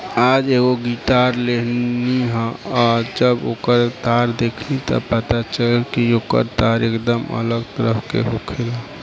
आज एगो गिटार लेनी ह आ जब ओकर तार देखनी त पता चलल कि ओकर तार एकदम अलग तरह के होखेला